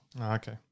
Okay